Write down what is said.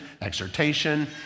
exhortation